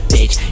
Bitch